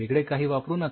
वेगळे काही वापरू नका